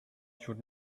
should